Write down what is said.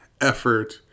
effort